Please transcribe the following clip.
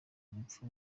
urupfu